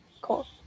Cool